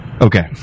Okay